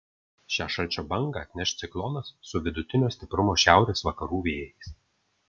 šią šalčio bangą atneš ciklonas su vidutinio stiprumo šiaurės vakarų vėjais